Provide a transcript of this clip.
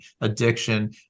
addiction